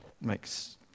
makes